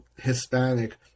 Hispanic